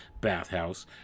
bathhouse